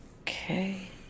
Okay